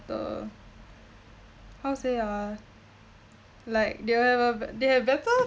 how to say ah like they will have a b~ they have better